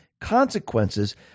consequences